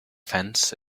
fence